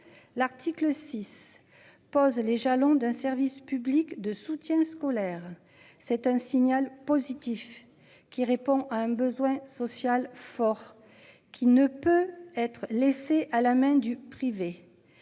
L'article 6 pose les jalons d'un service public de soutien scolaire. C'est un signal positif qui répond à un besoin social fort qui ne peut être laissée à la main du privé.